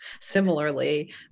similarly